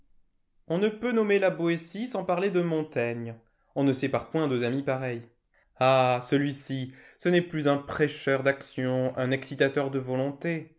on ne peut nommer la boétie sans parler de montaigne on ne sépare point deux amis pareils ah celui-ci ce n'est plus un prêcheur d'action un excitateur de volontés